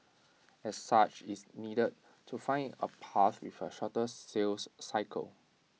as such IT needed to find A path with A shorter sales cycle